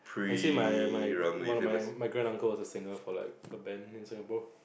actually my my one of my my granduncle was a singer for like a band in Singapore